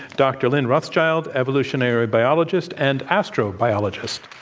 dr. lynn rothschild, evolutionary biologist and astrobiologist.